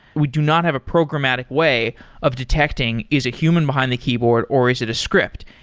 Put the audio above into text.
we do not have a programmatic way of detecting is a human behind the keyboard or is it a script.